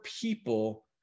people